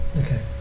Okay